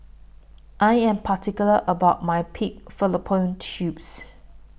I Am particular about My Pig Fallopian Tubes